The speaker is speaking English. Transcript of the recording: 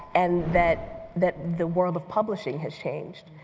and that that the world of publishing has changed.